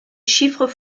chiffres